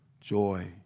joy